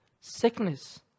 sickness